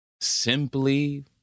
simply